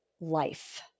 life